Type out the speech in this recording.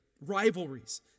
rivalries